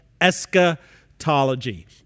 eschatology